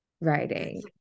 writing